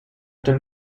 den